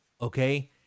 Okay